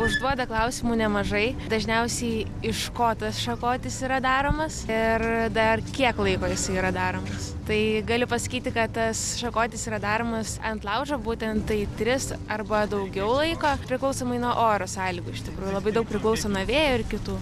užduoda klausimų nemažai dažniausiai iš ko tas šakotis yra daromas ir dar kiek laiko jis yra daromas tai galiu pasakyti kad tas šakotis yra daromas ant laužo būtent tai tris arba daugiau laiko priklausomai nuo oro sąlygų iš tikrųjų labai daug priklauso nuo vėjo ir kitų